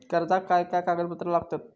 कर्जाक काय काय कागदपत्रा लागतत?